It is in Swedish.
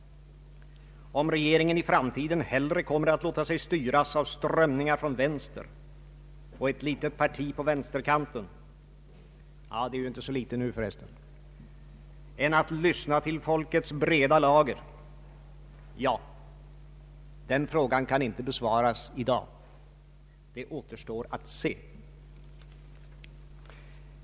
Om regeringen i framtiden hellre kommer att låta sig styras av strömningar från vänster och ett litet parti på vänsterkanten — ja, det är ju inte längre så litet — än att lyssna till folkets breda lager, den frågan vill nog ingen besvara i dag. Det återstår att se.